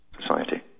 Society